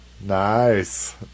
Nice